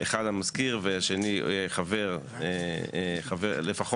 אחד המזכיר והשני חבר, לפחות